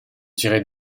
tirées